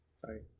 Sorry